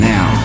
Now